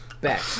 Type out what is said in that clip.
Back